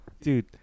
Dude